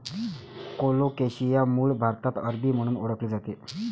colocasia मूळ भारतात अरबी म्हणून ओळखले जाते